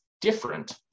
different